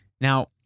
Now